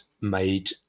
made